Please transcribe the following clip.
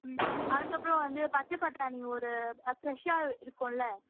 அதுக்கப்புறம் வந்து பச்சைப்பட்டாணி ஒரு ஃபிரஷ்ஷாக இருக்கும்இல்ல